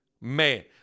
Man